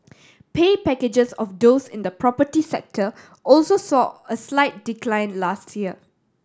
pay packages of those in the property sector also saw a slight decline last year